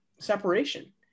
separation